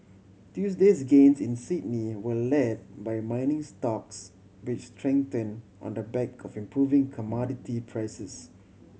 Tuesday's gains in Sydney were led by mining stocks which strengthen on the back of improving commodity prices